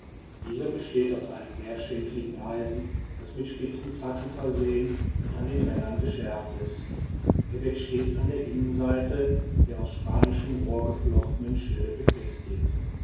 dieser besteht aus einem mehrschenkeligen eisen das mit spitzen zacken versehen und an den rändern geschärft ist er wird stets an der innenseite der aus spanischem rohr geflochtenen schilde befestigt